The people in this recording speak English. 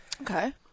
Okay